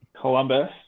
Columbus